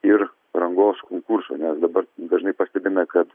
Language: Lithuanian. ir rangos konkurso nes dabar dažnai pastebime kad